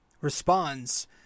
responds